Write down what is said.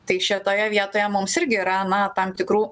tai šitoje vietoje mums irgi yra na tam tikrų